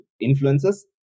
influences